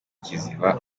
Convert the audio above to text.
kiziba